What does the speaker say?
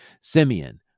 Simeon